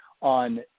on